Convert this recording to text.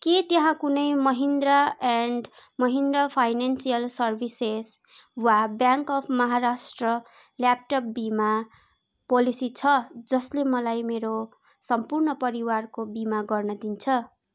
के त्यहाँ कुनै Mahindra and Mahindra financial services वा ब्याङ्क अफ महाराष्ट्र ल्यापटप बिमा पोलिसी छ जसले मलाई मेरो सम्पूर्ण परिवारको बिमा गर्न दिन्छ